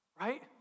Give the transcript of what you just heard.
right